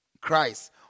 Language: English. Christ